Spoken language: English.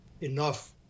enough